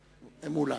מולה.